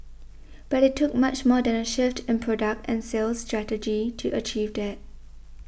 but it took much more than a shift in product and sales strategy to achieve that